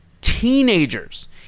teenagers